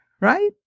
right